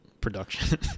production